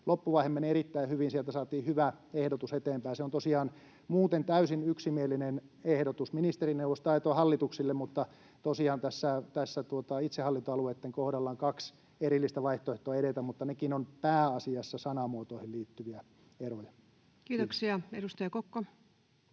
loppuvaihe meni erittäin hyvin, sieltä saatiin hyvä ehdotus eteenpäin. Se on tosiaan muuten täysin yksimielinen ehdotus hallituksille, mutta tosiaan tässä itsehallintoalueitten kohdalla on kaksi erillistä vaihtoehtoa edetä, mutta nekin ovat pääasiassa sanamuotoihin liittyviä eroja. [Speech 145] Speaker: